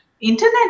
Internet